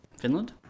Finland